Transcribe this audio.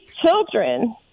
children